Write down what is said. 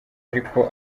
ariko